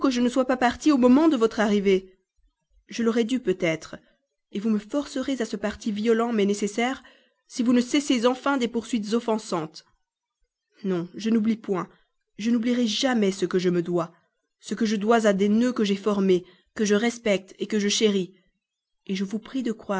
je ne sois pas partie au moment de votre arrivée je l'aurais dû peut-être vous me forcerez à ce parti violent mais nécessaire si vous ne cessez enfin des poursuites offensantes non je n'oublie point je n'oublierai jamais ce que je me dois ce que je dois à des nœuds que j'ai formés que je respecte que je chéris je vous prie de